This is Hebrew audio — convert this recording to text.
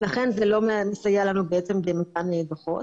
לכן זה בעצם לא מסייע לנו במתן דוחות.